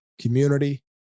community